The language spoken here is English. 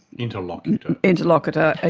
interlocutor. interlocutor, ah